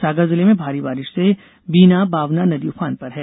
सागर जिले में भारी बारिश से बीना बावना नदी उफान पर है